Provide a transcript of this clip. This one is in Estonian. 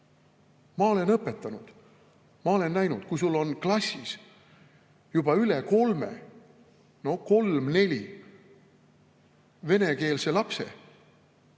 Ma olen õpetanud, ma olen näinud, kui sul on klassis juba üle kolme, no kolm‑neli venekeelset last,